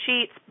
sheets